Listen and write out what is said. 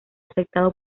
aceptado